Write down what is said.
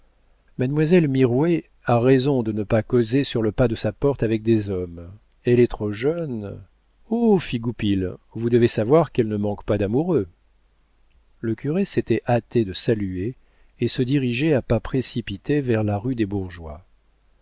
mademoiselle mirouët a raison de ne pas causer sur le pas de sa porte avec des hommes elle est trop jeune oh fit goupil vous devez savoir qu'elle ne manque pas d'amoureux le curé s'était hâté de saluer et se dirigeait à pas précipités vers la rue des bourgeois